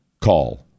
call